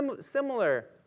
similar